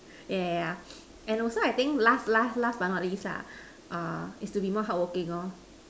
yeah yeah yeah and also I think last last last but not least lah err is to be more hardworking lor